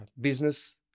business